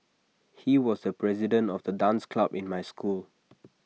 he was the president of the dance club in my school